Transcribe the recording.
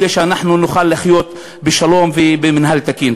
כדי שאנחנו נוכל לחיות בשלום ובמינהל תקין.